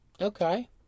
Okay